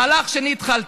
המהלך שאני התחלתי,